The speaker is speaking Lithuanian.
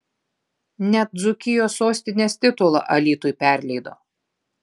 net dzūkijos sostinės titulą alytui perleido